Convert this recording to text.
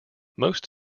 most